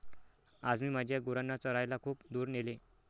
आज मी माझ्या गुरांना चरायला खूप दूर नेले